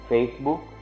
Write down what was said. Facebook